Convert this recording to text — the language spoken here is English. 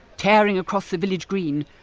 tearing across the village green,